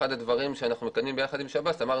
באחד הדברים שאנחנו מקדמים יחד עם שב"ס כמו